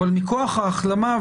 אבל מכוח החלמה,